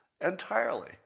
Entirely